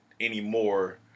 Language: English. anymore